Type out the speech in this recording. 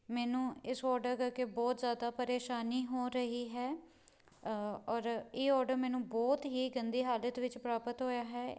ਮੈਨੂੰ ਇਸ ਔਡਰ ਕਰਕੇ ਬਹੁਤ ਜ਼ਿਆਦਾ ਪਰੇਸ਼ਾਨੀ ਹੋ ਰਹੀ ਹੈ ਔਰ ਇਹ ਔਡਰ ਮੈਨੂੰ ਬਹੁਤ ਹੀ ਗੰਦੀ ਹਾਲਤ ਵਿੱਚ ਪ੍ਰਾਪਤ ਹੋਇਆ ਹੈ